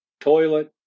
toilet